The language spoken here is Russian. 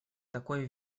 такой